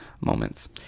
moments